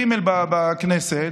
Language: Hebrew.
ג' בכנסת.